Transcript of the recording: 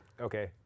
Okay